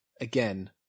again